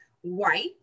White